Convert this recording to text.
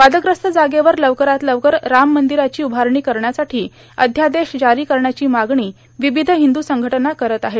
वादग्रस्त जागेवर लवकरात लवकर राम मर्मादराची उभारणी करण्यासाठी अध्यादेश जारी करण्याची मागणी र्वावध र्हिदू संघटना करत आहेत